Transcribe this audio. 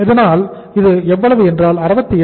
அதனால் இது எவ்வளவு என்றால் 68